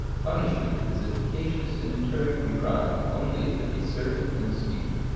punishment is efficacious in deterring from crime only if it be certain and speedy.